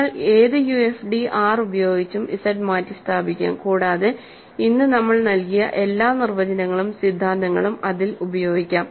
നിങ്ങൾക്ക് ഏത് UFD R ഉപയോഗിച്ചും ഇസഡ് മാറ്റിസ്ഥാപിക്കാം കൂടാതെ ഇന്ന് നമ്മൾ നൽകിയ എല്ലാ നിർവചനങ്ങളും സിദ്ധാന്തങ്ങളും അതിൽ ഉപയോഗിക്കാം